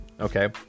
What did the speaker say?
Okay